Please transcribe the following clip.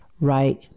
right